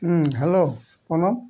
hello Pranab